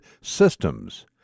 systems